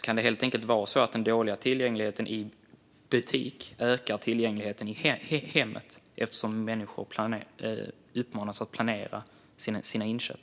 Kan den dåliga tillgängligheten i butik helt enkelt öka tillgängligheten i hemmet, eftersom människor uppmanas planera sina inköp?